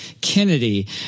Kennedy